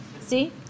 See